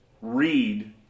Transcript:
Read